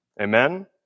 Amen